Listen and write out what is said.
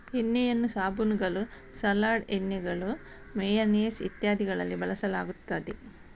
ಎಣ್ಣೆಯನ್ನು ಸಾಬೂನುಗಳು, ಸಲಾಡ್ ಎಣ್ಣೆಗಳು, ಮೇಯನೇಸ್ ಇತ್ಯಾದಿಗಳಲ್ಲಿ ಬಳಸಲಾಗುತ್ತದೆ